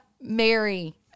Mary